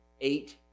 eight